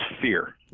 fear